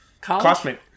Classmate